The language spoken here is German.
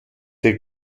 der